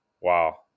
wow